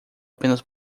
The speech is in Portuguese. apenas